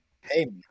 Hey